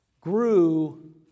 grew